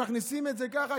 הם מכניסים את זה כך,